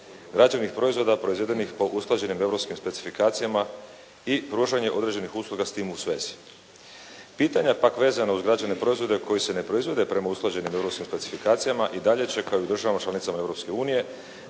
građevnih proizvoda proizvedenih po usklađenim europskim specifikacijama i pružanje određenih usluga s tim u svezi. Pitanja pak vezana uz građevne proizvode koji se ne proizvode prema usklađenim europskim klasifikacijama i dalje će kao i u državama članicama